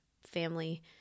family